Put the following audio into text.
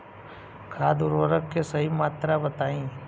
खाद उर्वरक के सही मात्रा बताई?